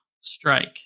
strike